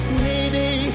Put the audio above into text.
needy